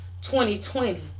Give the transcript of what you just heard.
2020